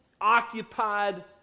occupied